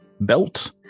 belt